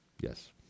Yes